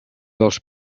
dels